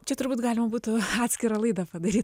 čia turbūt galima būtų atskira laida padaryt